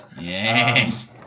Yes